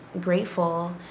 grateful